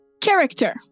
character